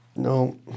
No